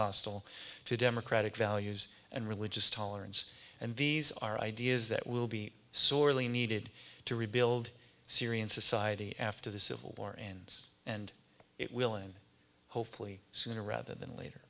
hostile to democratic values and religious tolerance and these are ideas that will be sorely needed to rebuild syrian society after the civil war and and it willing hopefully sooner rather than later